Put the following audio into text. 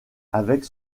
avec